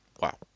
Wow